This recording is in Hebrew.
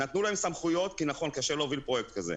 נתנו להם סמכויות כי קשה להוביל פרויקט כזה.